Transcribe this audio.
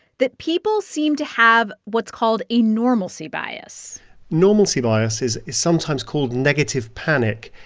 that people seem to have what's called a normalcy bias normalcy bias is is sometimes called negative panic.